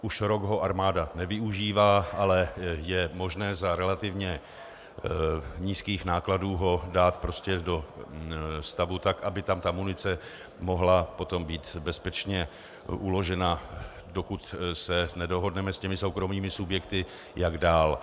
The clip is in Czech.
Už rok ho armáda nevyužívá, ale je možné za relativně nízkých nákladů ho dát do stavu tak, aby tam munice mohla potom být bezpečně uložena, dokud se nedohodneme s těmi soukromými subjekty, jak dál.